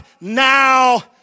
now